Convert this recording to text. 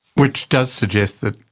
which does suggest that,